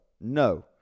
No